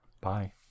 Bye